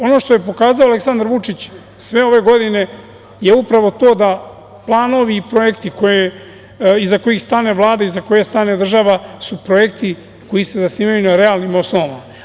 Ono što je pokazao Aleksandar Vučić za sve ove godine je upravo to da planovi i projekti iza kojih stane Vlada, iza kojih stane država, su projekti koji se zasnivaju na realnim osnovama.